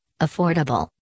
affordable